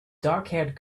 darkhaired